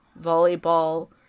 Volleyball